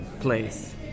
place